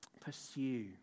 Pursue